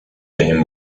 این